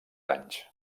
anys